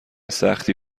سختی